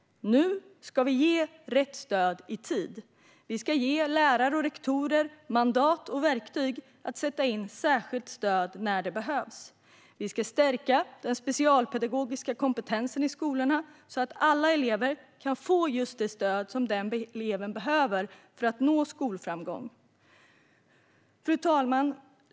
Nu ska vi ge rätt stöd i tid. Vi ska ge lärare och rektorer mandat och verktyg att sätta in särskilt stöd när det behövs. Vi ska stärka den specialpedagogiska kompetensen i skolorna, så att alla elever kan få det stöd just den eleven behöver för att nå skolframgång. Fru talman!